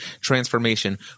transformation